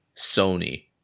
Sony